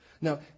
Now